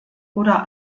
oder